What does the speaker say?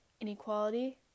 inequality